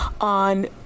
on